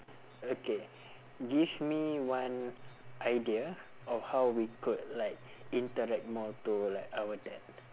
okay give me one idea of how we could like interact more to like our dad